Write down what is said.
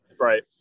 Right